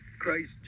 Christ